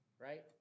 Right